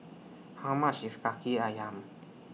How much IS Kaki Ayam